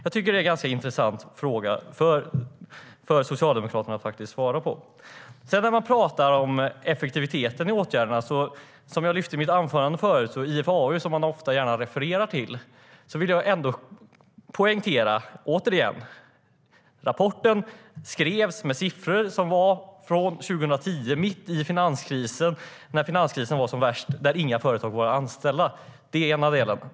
Jag tycker att det är en ganska intressant fråga som Socialdemokraterna faktiskt bör svara på. När man talar om effektiviteten i åtgärderna refererar man ofta och gärna till IFAU. Jag vill återigen poängtera det som jag lyfte fram i mitt anförande: Rapporten skrevs med siffror som var från 2010, när finanskrisen var som värst och inga företag vågade anställa. Det är den ena delen.